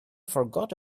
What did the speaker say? forgot